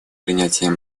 принятия